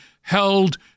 held